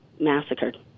massacred